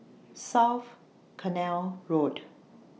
South Canal Road